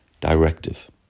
directive